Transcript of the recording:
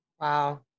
Wow